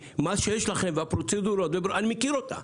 מה שיש לכם, הפרוצדורות אני מכיר אותה.